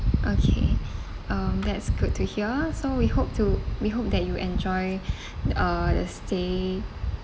okay um that's good to hear so we hope to we hope that you will enjoy uh the stay